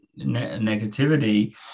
negativity